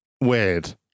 weird